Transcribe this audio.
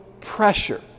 pressure